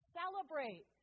celebrate